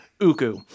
Uku